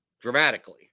Dramatically